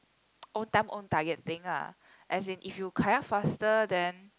own time own target thing lah as in if you kayak faster then